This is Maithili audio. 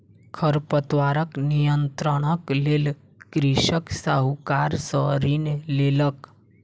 खरपतवार नियंत्रणक लेल कृषक साहूकार सॅ ऋण लेलक